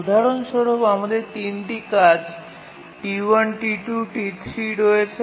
উদাহরণস্বরূপ আমাদের ৩ টি কাজ T1 T2 এবং T3 রয়েছে